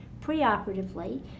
preoperatively